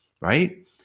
right